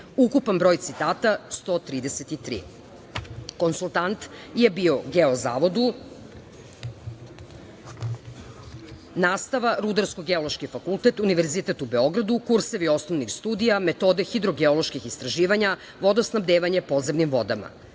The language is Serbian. Ukupan broj citata - 133.Konsultant je bio Geozavodu. Nastava – Rudarsko-geološki fakultet Univerziteta u Beogradu, kursevi osnovnih studija, metode hidro-geoloških istraživanja, vodosnabdevanje podzemnim vodama. Nastava